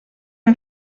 hem